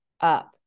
up